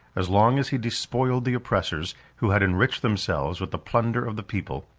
as long as he despoiled the oppressors, who had enriched themselves with the plunder of the people,